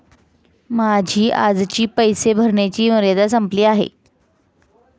माझी आजची पैसे भरण्याची मर्यादा संपली आहे